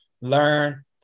learn